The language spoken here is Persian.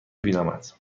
بینمت